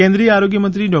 કેન્દ્રીય આરોગ્ય મંત્રી ડૉ